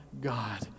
God